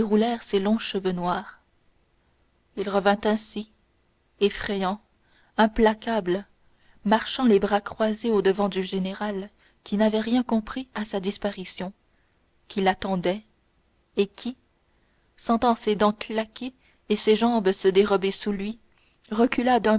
ses longs cheveux noirs il revint ainsi effrayant implacable marchant les bras croisés au-devant du général qui n'avait rien compris à sa disparition qui l'attendait et qui sentant ses dents claquer et ses jambes se dérober sous lui recula